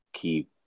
keep